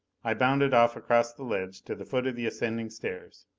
i bounded off across the ledge to the foot of the ascending stairs.